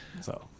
So-